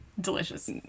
delicious